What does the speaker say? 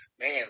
man